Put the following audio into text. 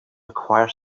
acquire